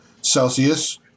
Celsius